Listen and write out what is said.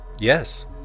Yes